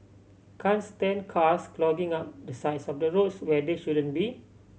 can't stand cars clogging up the sides of the roads where they shouldn't be